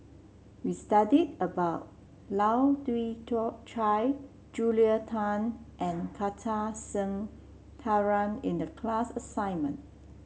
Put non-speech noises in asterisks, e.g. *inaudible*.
we studied about Lai Kew *unintelligible* Chai Julia Tan and Kartar Singh Thakral in the class assignment